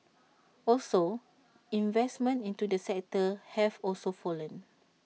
also investments into the sector have also fallen